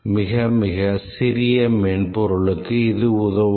மிக மிக சிறிய மென்பொருளுக்கு இது உதவாது